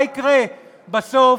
מה יקרה בסוף,